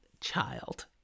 child